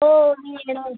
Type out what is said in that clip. हो